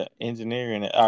engineering